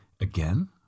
again